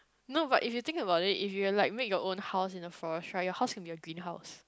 no but if you think about it if you like make your own house in the forest right your house can be a greenhouse